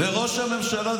ראש הממשלה,